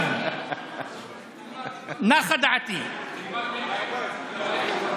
הכול מתחיל בעצם מהתכנון והבנייה.